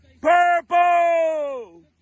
Purple